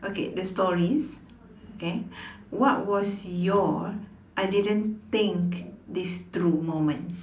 okay the stories okay what was your I didn't think this through moment